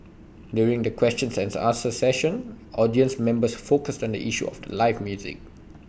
during the question and answer session audience members focused on the issue of live music